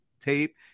tape